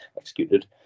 executed